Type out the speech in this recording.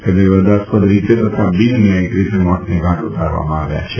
તેમને વિવાદાસ્પદ રીતે તથા બિન ન્યાયિક રીતે મોતને ધાટ ઉતારવામાં આવ્યા છે